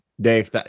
Dave